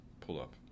pull-up